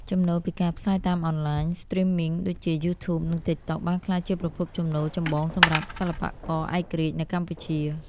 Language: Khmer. ចំណូលពីការផ្សាយតាមអនឡាញ Streaming ដូចជា YouTube និង TikTok បានក្លាយជាប្រភពចំណូលចម្បងសម្រាប់សិល្បករឯករាជ្យនៅកម្ពុជា។